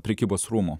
prekybos rūmų